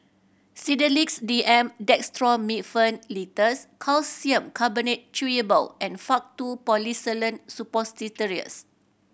Sedilix D M Dextromethorphan Linctus Calcium Carbonate Chewable and Faktu Policresulen Suppositories